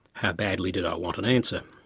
how badly did i want an answer?